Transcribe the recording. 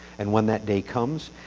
and when that day comes,